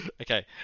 Okay